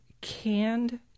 canned